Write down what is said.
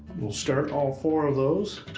we'll start all four of those